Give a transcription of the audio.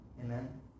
Amen